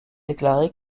déclaré